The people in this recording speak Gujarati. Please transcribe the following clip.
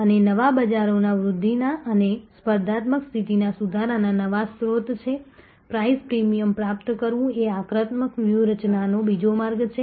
અને નવા બજારો વૃદ્ધિના અને સ્પર્ધાત્મક સ્થિતિમાં સુધારાના નવા સ્ત્રોત છે પ્રાઇસ પ્રીમિયમ પ્રાપ્ત કરવું એ આક્રમક વ્યૂહરચનાનો બીજો માર્ગ છે